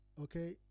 Okay